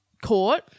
court